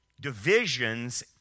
divisions